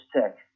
tech